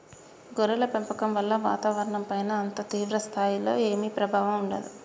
గొర్రెల పెంపకం వల్ల వాతావరణంపైన అంత తీవ్ర స్థాయిలో ఏమీ ప్రభావం ఉండదు